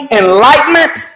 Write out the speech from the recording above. enlightenment